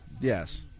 Yes